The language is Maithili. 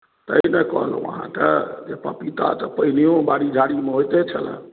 तेँ ने कहलहुँ अहाँकेँ जे पपीता तऽ पहिनेहो बाड़ी झाड़ीमे होइते छलय